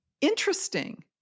Interesting